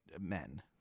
men